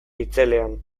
itzelean